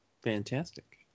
Fantastic